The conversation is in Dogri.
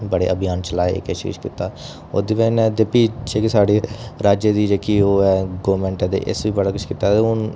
बड़े अभियान चलाए किश किश कीता ओह्दे बाद इन्न ते प्ही साढ़े राज्यें दी जेह्की ओह् गौरमैंट ऐ इस बी बड़ा किश कीता ते हून